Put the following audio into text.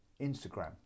Instagram